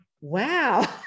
wow